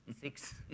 Six